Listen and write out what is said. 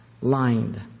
lined